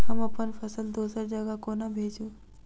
हम अप्पन फसल दोसर जगह कोना भेजू?